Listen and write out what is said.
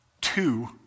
two